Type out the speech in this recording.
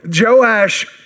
Joash